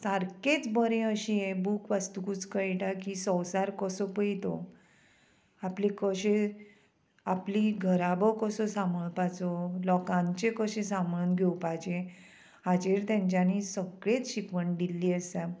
सारकेंच बरें अशें हें बूक वस्तुकूच कळटा की संवसार कसो पळय तो आपले कशे आपली घराबो कसो सांबाळपाचो लोकांचे कशें सांबाळून घेवपाचें हाचेर तेंच्यांनी सगळेंच शिकवण दिल्ली आसा